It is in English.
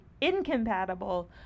incompatible